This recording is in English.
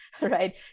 right